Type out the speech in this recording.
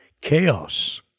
chaos